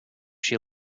she